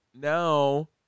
now